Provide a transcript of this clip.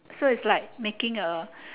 so it's like making a